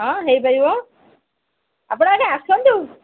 ହଁ ହେଇପାରିବ ଆପଣ ଆଗେ ଆସନ୍ତୁ